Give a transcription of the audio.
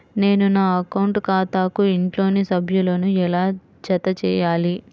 నేను నా అకౌంట్ ఖాతాకు ఇంట్లోని సభ్యులను ఎలా జతచేయాలి?